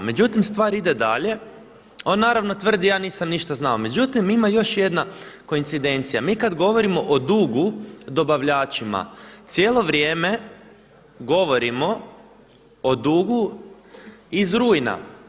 Međutim, stvar ide dalje, on naravno tvrdi ja nisam ništa znao, međutim ima još jedna koincidencija, mi kada govorimo o dugu dobavljačima cijelo vrijeme govorimo o dugu iz rujna.